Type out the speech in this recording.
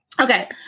okay